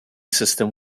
system